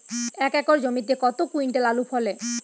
এক একর জমিতে কত কুইন্টাল আলু ফলে?